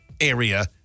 area